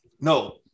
no